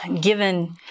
given